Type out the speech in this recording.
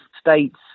states